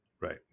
Right